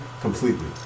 completely